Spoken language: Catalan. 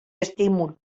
estímul